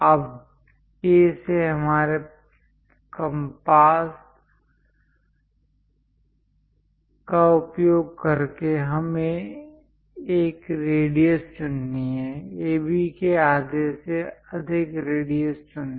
अब A से हमारे कम्पास का उपयोग करके हमें एक रेडियस चुननी है AB के आधे से अधिक रेडियस चुनें